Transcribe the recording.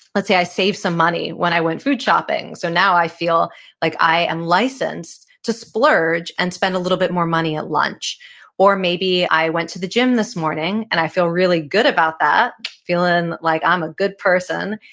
let's say i saved some money when i went food shopping, so now i feel like i am licensed to splurge and spend a little bit more money at lunch or maybe i went to the gym this morning and i feel really good about that, feeling like i'm a good person,